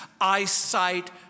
eyesight